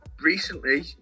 recently